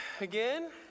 again